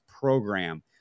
program